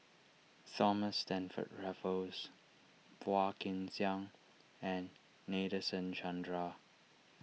Thomas Stamford Raffles Phua Kin Siang and Nadasen Chandra